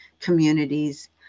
communities